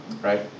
right